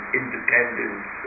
independence